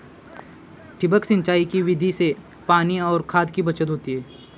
ठिबक सिंचाई की विधि से पानी और खाद की बचत होती है